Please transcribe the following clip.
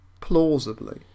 plausibly